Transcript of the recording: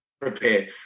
prepare